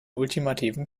ultimativen